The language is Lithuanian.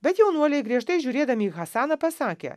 bet jaunuoliai griežtai žiūrėdami į hasaną pasakė